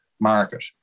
market